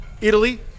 Italy